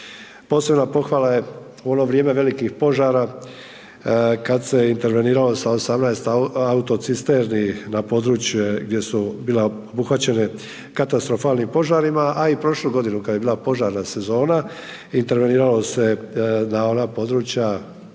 Posebna pohvala je u ono vrijeme velikih požara kad se interveniralo sa 18 autocisterni na područje gdje su bile obuhvaćene katastrofalnim požarima, a i prošlu godinu kad je bila požarna sezona interveniralo se na ona područja